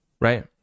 right